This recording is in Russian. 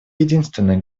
единственной